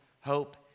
hope